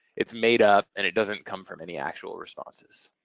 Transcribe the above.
it's made up and it doesn't come from any actual responses.